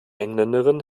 engländerin